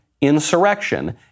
insurrection